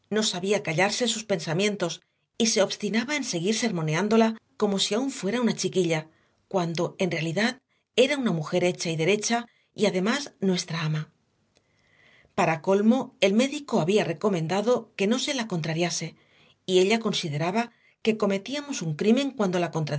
no sabía callarse sus pensamientos y se obstinaba en seguir sermoneándola como si aún fuera una chiquilla cuando en realidad era una mujer hecha y derecha y además nuestra ama para colmo el médico había recomendado que no se la contrariase y ella consideraba que cometíamos un crimen cuando la